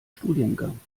studiengang